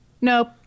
nope